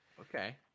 Okay